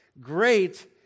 Great